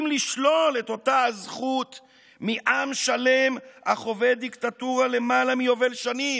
לשלול את אותה הזכות מעם שלם החווה דיקטטורה למעלה מיובל שנים?